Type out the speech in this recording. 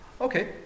Okay